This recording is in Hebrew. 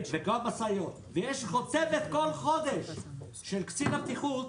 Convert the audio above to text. וגם משאיות, ויש חותמת כל חודש של קצין הבטיחות,